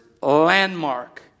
landmark